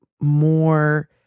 more